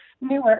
newer